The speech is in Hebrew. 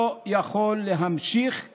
זה לא יכול להימשך ככה.